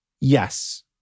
yes